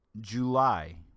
July